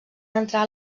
entrar